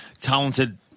talented